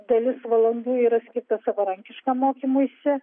dalis valandų yra skirta savarankiškam mokymuisi